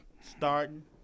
starting